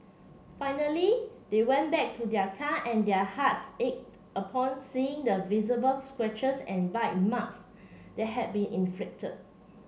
finally they went back to their car and their hearts ached upon seeing the visible scratches and bite marks that had been inflicted